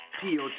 POT